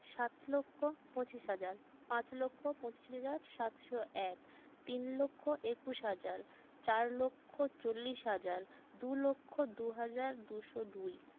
সাত লক্ষ পঁচিশ হাজার পাঁচ লক্ষ পঁচিশ হাজার সাতশো এক তিন লক্ষ একুশ হাজার চার লক্ষ চল্লিশ হাজার দু লক্ষ দু হাজার দুশো দুই